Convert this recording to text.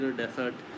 desert